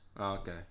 okay